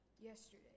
yesterday